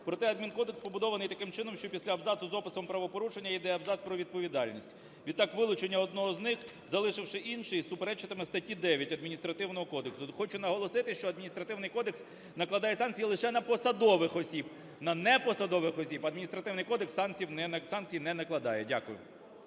Проте, Адмінкодекс побудований таким чином, що після абзацу з описом правопорушення іде абзац про відповідальність. Відтак вилучення одного з них, залишивши інший, суперечитиме статті 9 Адміністративного кодексу. Хочу наголосити, що Адміністративний кодекс накладає санкції лише на посадових осіб, на не посадових осіб Адміністративний кодекс санкцій не накладає. Дякую.